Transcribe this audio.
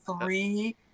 three